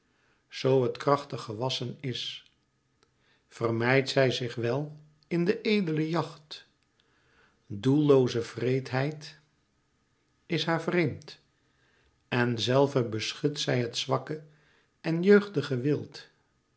zoo het krachtig gewassen is vermeit zij zich wel in de edele jacht doellooze wreedheid is haar vreemd en zelve beschut zij het zwakke en jeugdige wild